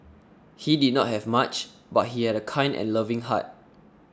he did not have much but he had a kind and loving heart